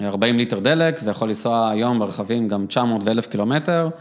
‫40 ליטר דלק, ויכול לנסוע היום ‫ברכבים גם 900 ו-1,000 קילומטר.